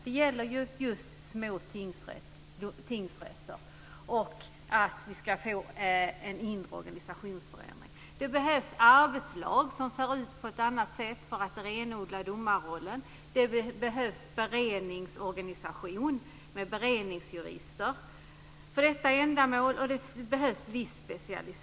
Det gäller just små tingsrätter och att vi ska få en inre organisationsförändring. Det behövs arbetslag som ser ut på ett annat sätt för att renodla domarrollen. Det behövs en beredningsorganisation med beredningsjurister för detta ändamål, och det behövs viss specialisering.